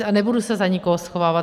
A nebudu se za nikoho schovávat.